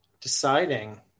deciding